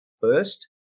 first